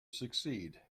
succeed